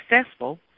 successful